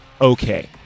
okay